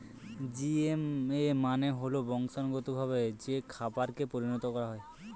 GMO মানে হল বংশানুগতভাবে যে খাবারকে পরিণত করা হয়